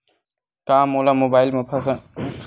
का मोला मोबाइल म फसल के जानकारी मिल पढ़ही?